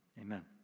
Amen